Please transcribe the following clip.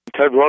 Ted